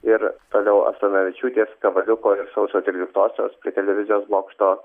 ir toliau asanavičiūtės kavaliuko ir sausio tryliktosios prie televizijos bokšto